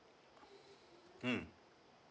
mm